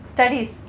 Studies